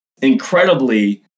incredibly